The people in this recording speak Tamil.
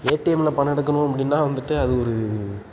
ஏடிஎம்மில் பணம் எடுக்கணும் அப்படின்னா வந்துட்டு அது ஒரு